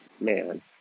man